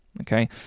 Okay